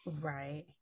Right